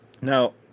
now